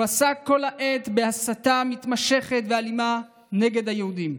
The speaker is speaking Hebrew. הוא עסק כל העת בהסתה מתמשכת ואלימה נגד היהודים.